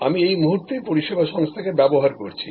আমি ও এই মুহূর্তে পরিষেবা সংস্থাকে ব্যবহার করছি